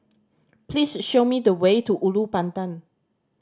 please show me the way to Ulu Pandan